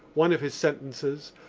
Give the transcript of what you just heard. one of his sentences,